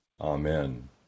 Amen